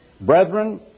Brethren